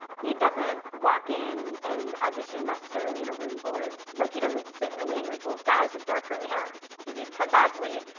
he doesn't walk in and audition necessarily in a room full of. like he doesn't sit in a waiting room full of guys with dark curly hair, because he's penn badgely.